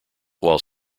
while